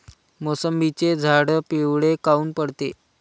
मोसंबीचे झाडं पिवळे काऊन पडते?